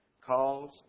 calls